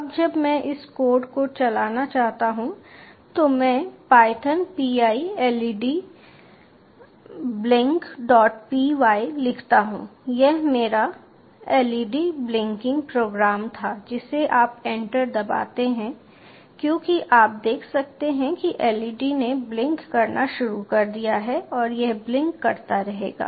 अब जब मैं इस कोड को चलाना चाहता हूं तो मैं python Pi Led blinkpy लिखता हूं यह मेरा LED ब्लिंकिंग प्रोग्राम था जिसे आप एंटर दबाते हैं क्योंकि आप देख सकते हैं कि LED ने ब्लिंक करना शुरू कर दिया है और यह ब्लिंक करता रहेगा